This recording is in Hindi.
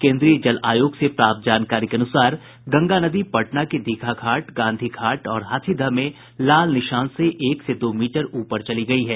केन्द्रीय जल आयोग से प्राप्त जानकारी के अनुसार गंगा नदी पटना के दीघा घाट गांधी घाट और हाथीदह में लाल निशान से एक से दो मीटर तक ऊपर चली गयी है